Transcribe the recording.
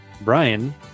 Brian